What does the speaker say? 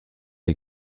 est